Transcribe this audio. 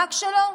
המאבק שלו?